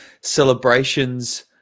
celebrations